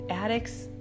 Addicts